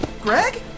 Greg